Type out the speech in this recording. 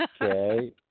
okay